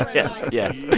ah yes, yes.